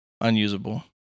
Unusable